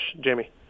Jamie